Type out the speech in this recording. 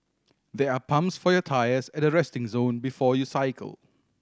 there are pumps for your tyres at the resting zone before you cycle